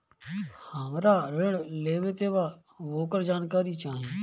हमरा ऋण लेवे के बा वोकर जानकारी चाही